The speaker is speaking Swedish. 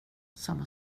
samma